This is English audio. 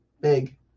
big